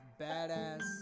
badass